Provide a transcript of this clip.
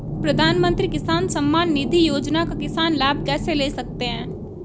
प्रधानमंत्री किसान सम्मान निधि योजना का किसान लाभ कैसे ले सकते हैं?